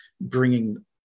bringing